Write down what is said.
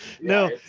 No